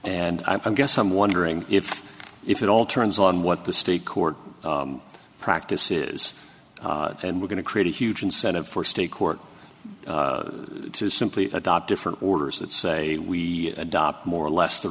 and i guess i'm wondering if if it all turns on what the state court practice is and we're going to create a huge incentive for state court to simply adopt different orders that say we adopt more or less the